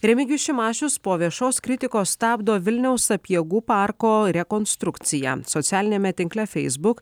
remigijus šimašius po viešos kritikos stabdo vilniaus sapiegų parko rekonstrukciją socialiniame tinkle facebook